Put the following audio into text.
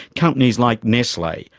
companies like nestle,